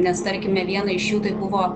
nes tarkime viena iš jų tai buvo